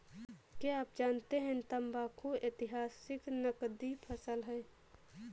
क्या आप जानते है तंबाकू ऐतिहासिक नकदी फसल है